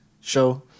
show